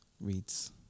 reads